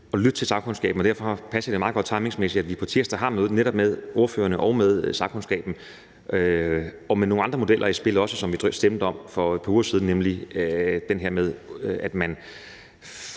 at lytte til sagkundskaben, og derfor passer det meget godt timingsmæssigt, at vi på tirsdag har møde netop med ordførerne og med sagkundskaben og med nogle andre modeller i spil også, som vi stemte om for et par uger siden, nemlig det her med, at man får